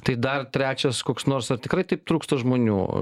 tai dar trečias koks nors ar tikrai taip trūksta žmonių